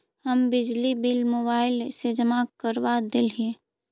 हम बिजली bill mobile से जमा करवा देहियै?